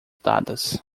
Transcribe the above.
dadas